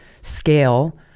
scale